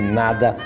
nada